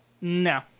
No